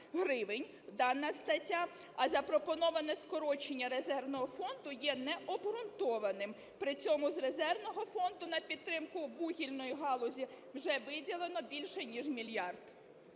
дана стаття, а запропоноване скорочення резервного фонду є необґрунтованим, при цьому з резервного фонду на підтримку вугільної галузі вже виділено більше ніж мільярд.